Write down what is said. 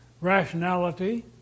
rationality